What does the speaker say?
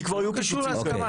כי כבר היו פיצוצים כאלה.